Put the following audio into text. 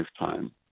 lifetime